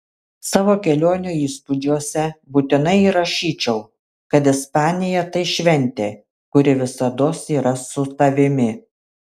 savo kelionių įspūdžiuose būtinai įrašyčiau kad ispanija tai šventė kuri visados yra su tavimi